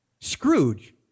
Scrooge